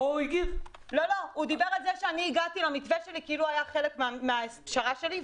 הוא דיבר על זה שאני הגעתי למתווה שלי כאילו היה חלק מן הפשרה שלי,